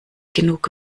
genug